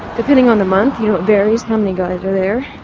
depending on the month you know it varies how many guys are there.